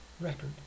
record